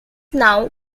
now